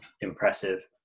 impressive